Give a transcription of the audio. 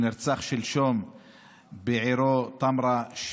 שנרצח שלשום בעירו טמרה,